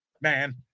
man